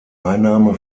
einnahme